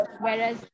Whereas